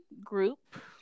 group